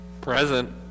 present